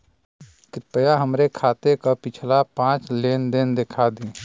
कृपया हमरे खाता क पिछला पांच लेन देन दिखा दी